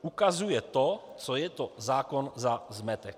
Ukazuje to, co je zákon za zmetek.